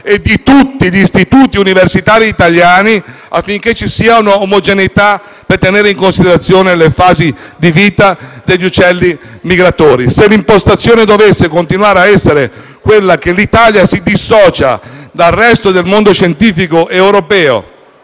e di tutti gli istituti universitari italiani, affinché ci sia un'omogeneità, per tenere in considerazione le fasi di vita degli uccelli migratori. Se l'impostazione dovesse continuare a essere quella per cui l'Italia si dissocia dal resto del mondo scientifico europeo